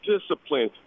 discipline